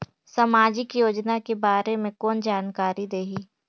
समाजिक योजना के बारे मे कोन जानकारी देही?